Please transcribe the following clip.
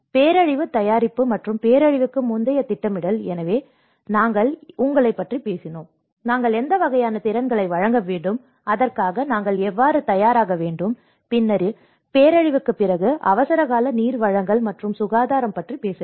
பேரழிவு தயாரிப்பு மற்றும் பேரழிவுக்கு முந்தைய திட்டமிடல் எனவே நாங்கள் உங்களைப் பற்றி பேசினோம் நாங்கள் எந்த வகையான திறன்களை வழங்க வேண்டும் அதற்காக நாங்கள் எவ்வாறு தயாராக வேண்டும் பின்னர் பேரழிவுக்குப் பிறகு அவசரகால நீர் வழங்கல் மற்றும் சுகாதாரம் பற்றி பேச வேண்டும்